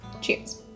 cheers